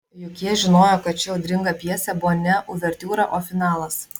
juk jie žinojo kad ši audringa pjesė buvo ne uvertiūra o finalas